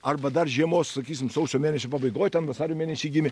arba dar žiemos sakysim sausio mėnesio pabaigoj ten vasario mėnesį gimė